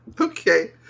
Okay